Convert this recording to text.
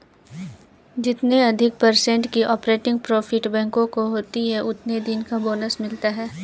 जितने अधिक पर्सेन्ट की ऑपरेटिंग प्रॉफिट बैंकों को होती हैं उतने दिन का बोनस मिलता हैं